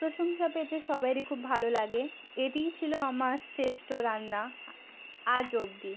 প্রশংসা পেতে সবাইয়েরই খুব ভালো লাগে এটিই ছিলো আমার শ্রেষ্ট রান্না আজ অবধি